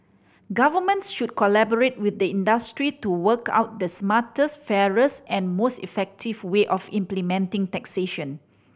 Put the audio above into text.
governments should collaborate with the industry to work out the smartest fairest and most effective way of implementing taxation